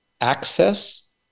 access